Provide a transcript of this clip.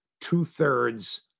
two-thirds